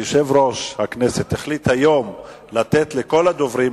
יושב-ראש הכנסת החליט היום לתת לכל הדוברים,